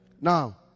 Now